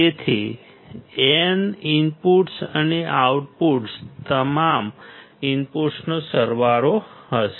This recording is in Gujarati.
તેથી n ઇનપુટ્સ અને આઉટપુટ તમામ ઇનપુટ્સનો સરવાળો હશે